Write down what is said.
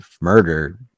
murder